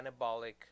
anabolic